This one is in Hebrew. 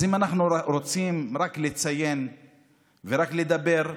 אז אם אנחנו רוצים רק לציין ורק לדבר,